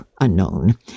unknown